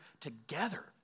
together